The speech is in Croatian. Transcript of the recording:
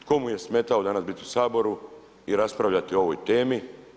Tko mu je smetao danas biti u Saboru i raspravljati o ovoj temi?